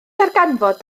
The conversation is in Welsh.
darganfod